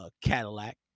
Cadillac